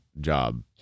job